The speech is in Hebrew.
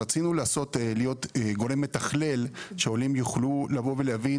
רצינו להיות גורם מתכלל שעולים יוכלו לבוא ולהבין